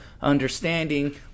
understanding